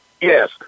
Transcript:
yes